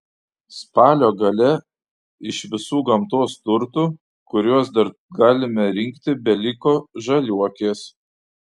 spalio gale iš visų gamtos turtų kuriuos dar galime rinkti beliko žaliuokės